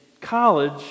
college